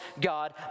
God